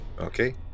Okay